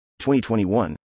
2021